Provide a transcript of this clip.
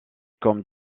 comme